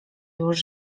już